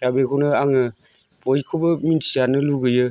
दा बेखौनो आङो बयखौबो मिथिजानो लुगैयो